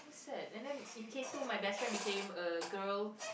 sad and then in K two my best friend became a girl